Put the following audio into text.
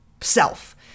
self